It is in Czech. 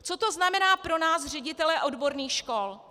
Co to znamená pro nás ředitele odborných škol?